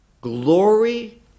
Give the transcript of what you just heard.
glory